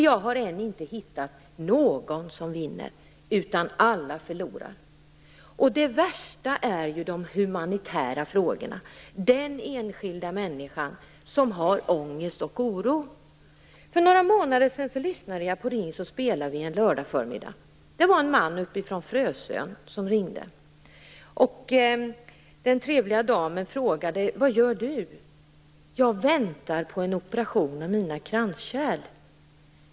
Jag har ännu inte hittat någon som vinner, utan alla förlorar. Det värsta är ju de humanitära frågorna; den enskilda människan som har ångest och oro. För några månader sedan lyssnade jag på Ring så spelar vi en lördagsförmiddag. Det var en man från "Vad gör du?" Han svarade: "Jag väntar på en operation av mina kranskärl.